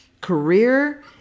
career